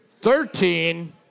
Thirteen